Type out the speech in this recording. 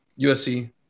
USC